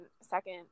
second